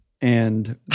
and-